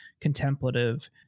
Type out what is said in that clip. contemplative